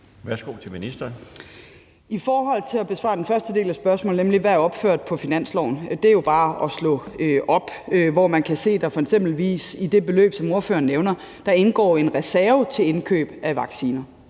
(Sophie Løhde): I forhold til at besvare den første del af spørgsmålet, nemlig hvad der er opført på finansloven, vil jeg sige, at det jo bare er at slå op i den. Man kan se, at der eksempelvis i det beløb, som ordføreren nævner, indgår en reserve til indkøb af vacciner,